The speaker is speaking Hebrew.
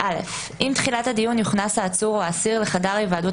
עם תחילת הדיון יוכנס העצור או האסיר לחדר ההיוועדות